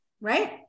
right